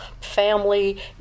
family